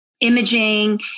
imaging